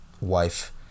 wife